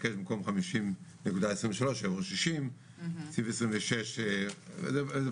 שאני מבקש במקום 50.23 שיבוא 60. זה מפורט.